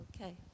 Okay